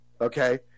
okay